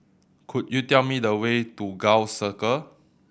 could you tell me the way to Gul Circle